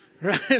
Right